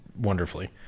wonderfully